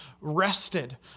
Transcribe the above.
rested